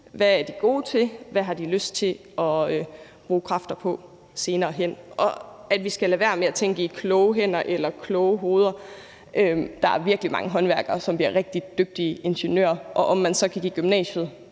hvad de er gode til, og hvad de har lyst til at bruge kræfter på senere hen. Og vi skal lade være med at tænke i kloge hænder eller kloge hoveder. Der er virkelig mange håndværkere, som bliver rigtig dygtige ingeniører, og hvis man så har gået i gymnasiet